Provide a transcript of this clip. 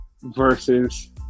versus